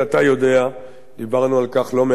דיברנו על כך לא מעט בחודשים האחרונים,